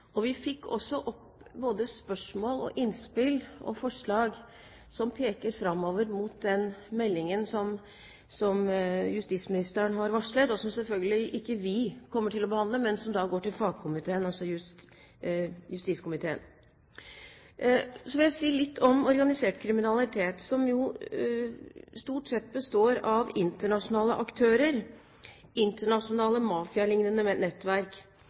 informativ. Vi fikk også opp både spørsmål, innspill og forslag som peker framover mot den meldingen som justisministeren har varslet, som selvfølgelig ikke vi kommer til å behandle, men som går til fagkomiteen – altså justiskomiteen. Så vil jeg si litt om organisert kriminalitet, som jo stort sett består av internasjonale aktører, internasjonale, mafialignende nettverk.